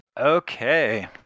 Okay